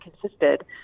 consisted